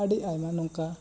ᱟᱹᱰᱤ ᱟᱭᱢᱟ ᱱᱚᱝᱠᱟ